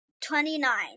twenty-nine